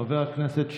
חבר הכנסת גינזבורג,